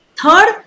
Third